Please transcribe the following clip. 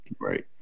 right